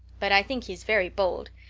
but i think he's very bold.